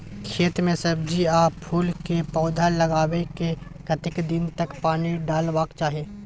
खेत मे सब्जी आ फूल के पौधा लगाबै के कतेक दिन तक पानी डालबाक चाही?